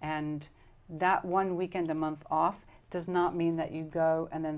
and that one weekend a month off does not mean that you go and